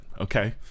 Okay